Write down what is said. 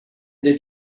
did